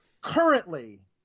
currently